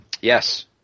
Yes